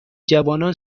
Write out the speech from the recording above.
جوانان